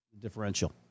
differential